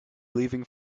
leaving